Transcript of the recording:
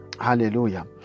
Hallelujah